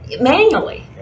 manually